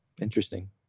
Interesting